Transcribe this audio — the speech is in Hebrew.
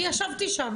אני ישבתי שם,